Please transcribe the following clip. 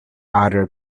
other